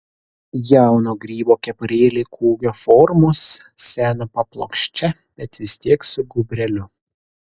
jauno grybo kepurėlė kūgio formos seno paplokščia bet vis tiek su gūbreliu